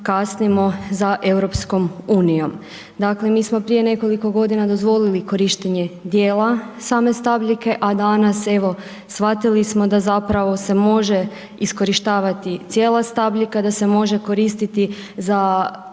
kasnimo za EU. Dakle, mi smo prije nekoliko godina dozvolili korištenje dijela same stabljike, a danas, evo, shvatili smo da zapravo se može iskorištavati cijela stabljika, da se može koristiti za